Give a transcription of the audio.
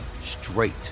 straight